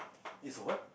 is a what